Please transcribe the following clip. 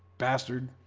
bastard